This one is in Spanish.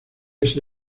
ese